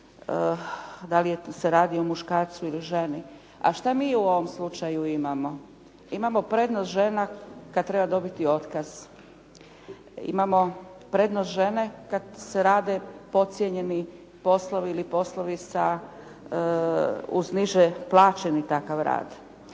da li se radi o muškarcu ili ženi. A što mi u ovom slučaju imamo? Imamo prednost žena kad treba dobiti otkaz. Imamo prednost žene kad se rade podcijenjeni poslovi ili poslovi uz niže plaćeni takav rad.